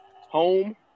home